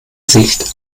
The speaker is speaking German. sicht